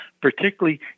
particularly